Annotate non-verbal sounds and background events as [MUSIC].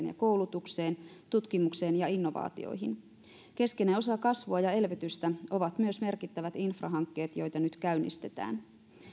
[UNINTELLIGIBLE] ja koulutukseen tutkimukseen ja innovaatioihin keskeinen osa kasvua ja elvytystä ovat myös merkittävät infrahankkeet joita nyt käynnistetään